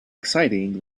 exciting